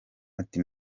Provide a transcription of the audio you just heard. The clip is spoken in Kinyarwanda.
ati